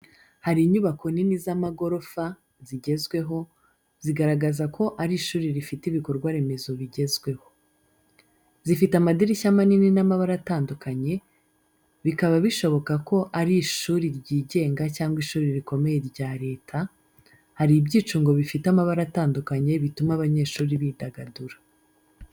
Hari inyubako nini y’amagorofa, zigezweho, zigaragaza ko ari ishuri rifite ibikorwa remezo bigezweho. Zifite amadirishya manini n’amabara atandukanye, bikaba bishoboka ko ari ishuri ryigenga cyangwa ishuri rikomeye rya leta hari ibyicungo bifite amabara atandukanye bituma abanyeshuri bidagadura.